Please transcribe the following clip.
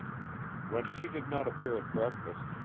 when she did not appear at breakfast,